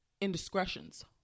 indiscretions